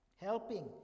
Helping